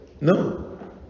No